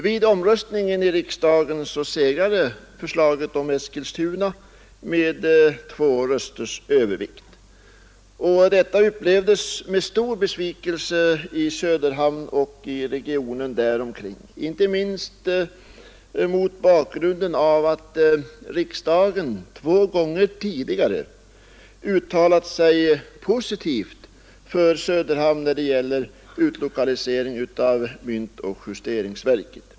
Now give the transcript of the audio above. Vid omröstningen i riksdagen segrade förslaget om Eskilstuna med två rösters övervikt. Detta upplevdes som en stor besvikelse i Söderhamn och regionen där omkring, inte minst mot bakgrund av att riksdagen två gånger tidigare hade uttalat sig positivt för Söderhamn i fråga om utlokalisering av myntoch justeringsverket.